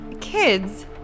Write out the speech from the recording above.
Kids